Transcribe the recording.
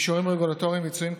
(אישורים רגולטוריים ועיצומים כספיים),